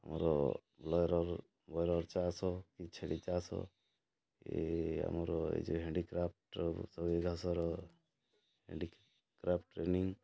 ଆମର broiler broiler ଚାଷ କି ଛେଳି ଚାଷ ଏ ଆମର ଏଇ ଯେଉଁ ହ୍ୟାଣ୍ଡିକ୍ରାଫ୍ଟ ସବୁ ଏ ଘାସର ହ୍ୟାଣ୍ଡିକ୍ରାଫ୍ଟ ଟ୍ରେନିଙ୍ଗ